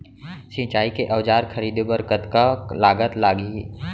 सिंचाई के औजार खरीदे बर कतका लागत लागही?